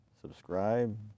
subscribe